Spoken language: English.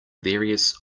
various